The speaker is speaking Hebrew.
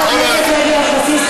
חברת הכנסת לוי אבקסיס,